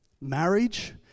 marriage